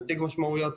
נציג משמעויות,